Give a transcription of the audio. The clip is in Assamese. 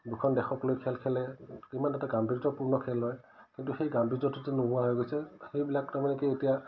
দুখন দেশকলৈ খেল খেলে কিমান এটা গামভীৰ্যপূৰ্ণ খেল হয় কিন্তু সেই গাম্ভীৰ্যটো যে নোহোৱা হৈ গৈছে সেইবিলাক তাৰমানে কি এতিয়া